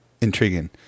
Intriguing